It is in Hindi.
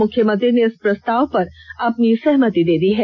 मुख्यमंत्री ने इस प्रस्ताव पर अपनी सहमति दे दी है